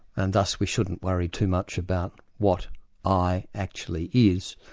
and thus we shouldn't worry too much about what i actually is,